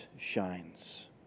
shines